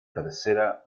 tercera